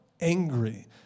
angry